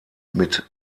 mit